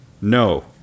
No